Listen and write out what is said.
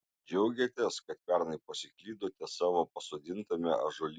džiaugiatės kad pernai pasiklydote savo pasodintame ąžuolyne